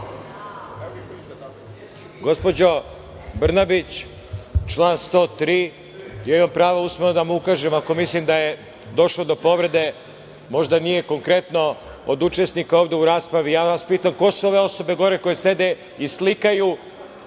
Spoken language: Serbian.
Gospođo Brnabić, član 103.Imam pravo usmeno da vam ukažem ako mislim da je došlo do povrede, možda nije konkretno od učesnika ovde u raspravi. Pitam vas – ko su ove osobe gore koje sede i slikaju